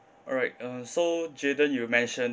alright uh so jayden you mentioned